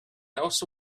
also